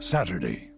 Saturday